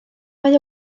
mae